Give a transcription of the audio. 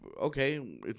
okay